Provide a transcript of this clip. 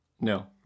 No